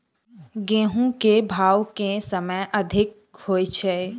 गेंहूँ केँ भाउ केँ समय मे अधिक होइ छै?